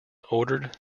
ordered